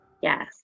Yes